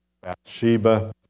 Bathsheba